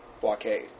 blockade